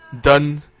done